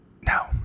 No